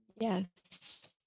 Yes